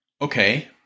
Okay